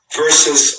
versus